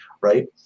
Right